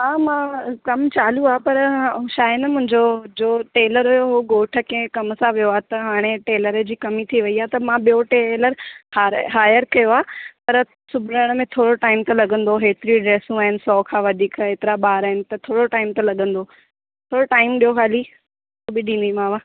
हा मां कमु चालू आहे पर छाहे न मुंहिंजो जो टेलर हो ॻोठ कंहिं कम सां वियो आहे त हाणे टेलर जी कमी थी वई आहे त मां ॿियो टेलर हा हायर कयो आहे पर सुबरण में थोरो टाइम त लॻंदो हेतिरी ड्रेसूं आहिनि सौ खां वधीक एतिरा ॿार आहिनि त थोरो टाइम त लॻंदो थोरो टाइम ॾियो ख़ाली सुबी ॾींदीमांव